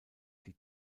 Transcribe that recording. die